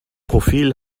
profil